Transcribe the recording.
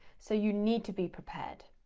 so you need to be prepared.